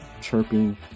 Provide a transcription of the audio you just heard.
chirping